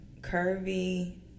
curvy